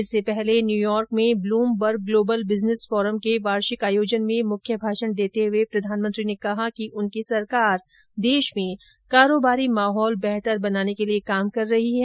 इससे पहले न्यूयॉर्क में ब्लूमबर्ग ग्लोबल बिजनेस फोरम के वार्षिक आयोजन में मुख्य भाषण देते हुए प्रधानमंत्री ने कहा कि उनकी सरकार देश में कारोबारी माहौल बेहतर बनाने के लिए काम कर रही है